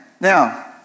Now